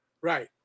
Right